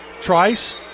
Trice